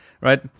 right